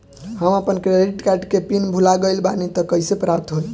हम आपन credit card के पिन भुला गइल बानी त कइसे प्राप्त होई?